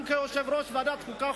גם כיושב-ראש ועדת החוקה,